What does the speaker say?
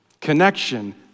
connection